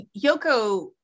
yoko